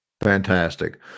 Fantastic